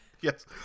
Yes